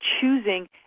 choosing